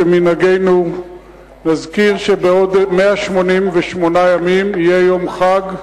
כמנהגנו נזכיר שבעוד 139 ימים יהיה יום חג.